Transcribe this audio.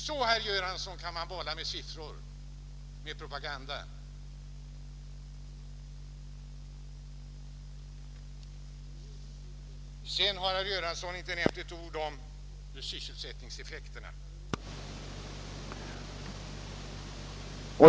Så, herr Göransson, kan man bolla med siffror och propaganda. Sedan har herr Göransson inte nämnt ett ord om sysselsättningseffekterna.